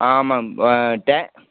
ஆமாம்ங்க ஆ டே